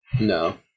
No